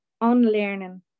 unlearning